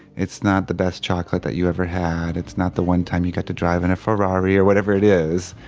it's not the best chocolate that you ever had, it's not the one time you get to drive in a ferrari or whatever it is,